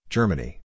Germany